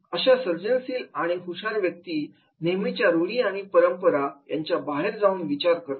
अशा सर्जनशील आणि हुशार व्यक्ती नेहमीच्या रूढी आणि परंपरा यांच्या बाहेर जाऊन विचार करतात